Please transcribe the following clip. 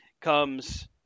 comes